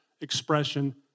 expression